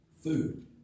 food